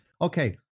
Okay